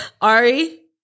Ari